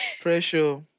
Pressure